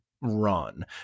run